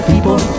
People